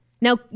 now